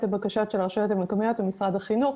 הבקשות של הרשויות המקומיות ומשרד החינוך,